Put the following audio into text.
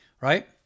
right